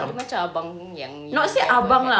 dia macam abang yang yang yang